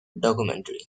documentary